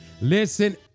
Listen